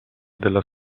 della